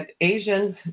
Asians